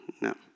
no